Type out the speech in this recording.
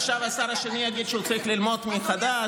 עכשיו השר השני יגיד שהוא צריך ללמוד מחדש.